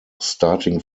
starting